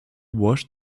washed